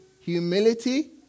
humility